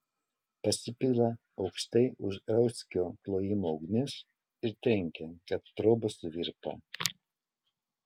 pasipila aukštai už rauckio klojimo ugnis ir trenkia kad trobos suvirpa